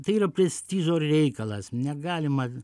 tai yra prestižo reikalas negalima